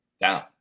down